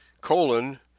colon